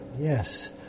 Yes